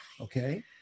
okay